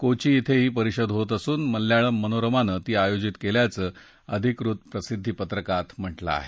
कोची बे ही परिषद होत असून मल्याळम मनोरमानं ती आयोजित केल्याचं अधिकृत प्रसिद्दी पत्रकात म्हटलं आहे